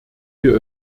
wir